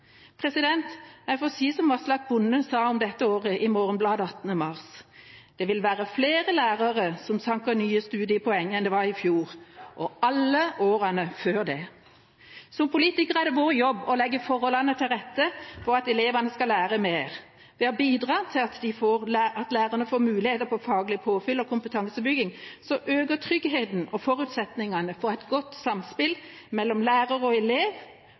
Jeg får si som Aslak Bonde sa om dette året i Morgenbladet den 18. mars: Det vil være flere lærere som sanker nye studiepoeng i år enn det var i fjor, og alle årene før det. Som politikere er det vår jobb å legge forholdene til rette for at elevene skal lære mer. Ved å bidra til at lærerne får mulighet til faglig påfyll og kompetansebygging øker tryggheten og forutsetningene for et godt samspill mellom lærer og elev